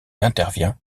intervient